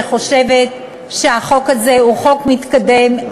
וחושבת שהחוק הזה הוא חוק מתקדם,